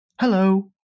Hello